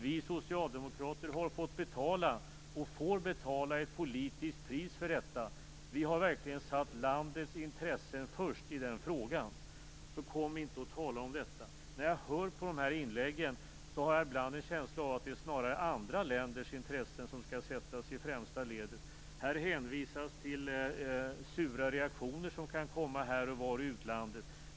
Vi socialdemokrater har fått betala, och får betala, ett politiskt pris för detta. Vi har verkligen satt landets intressen först i den frågan. Så kom inte och tala om detta! När jag hör dessa inlägg, har jag ibland en känsla av att det är snarare andra länders intressen som skall sättas i främsta ledet. Här hänvisas till sura reaktioner som kan komma här och var i utlandet.